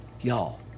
y'all